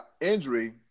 injury